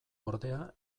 ordea